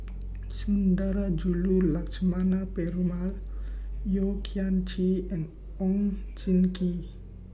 Sundarajulu Lakshmana Perumal Yeo Kian Chye and Oon Jin Gee